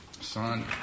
Son